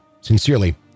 Sincerely